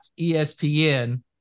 ESPN